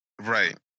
Right